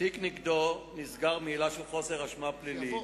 התיק נגדו נסגר מעילה של חוסר אשמה פלילית.